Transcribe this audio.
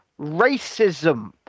racism